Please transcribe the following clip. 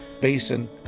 basin